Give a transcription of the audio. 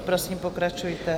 Prosím, pokračujte.